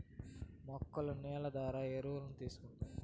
మొక్కలు నేల ద్వారా ఎరువులను తీసుకుంటాయి